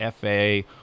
FA